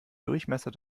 durchmesser